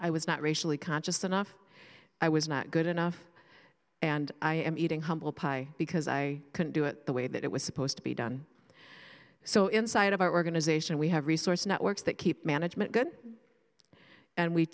i was not racially conscious enough i was not good enough and i am eating humble pie because i couldn't do it the way that it was supposed to be done so inside of our organization we have resource networks that keep management good and we